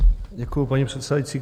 Děkuju, paní předsedající.